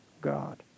God